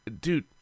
dude